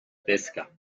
pesca